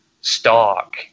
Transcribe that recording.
stock